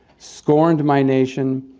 scorned my nation,